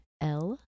L-